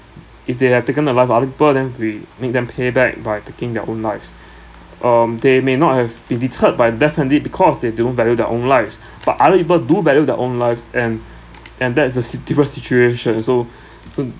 if they have taken the life of other people then we make them pay back by taking their own lives um they may not have been deterred by definitely because they don't value their own lives but other people do value their own lives and and that's a serious situation so so